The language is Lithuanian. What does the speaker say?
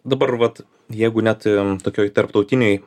dabar vat jeigu net tokioj tarptautinėj